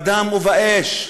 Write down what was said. בדם ובאש,